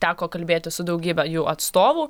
teko kalbėtis su daugybe jų atstovų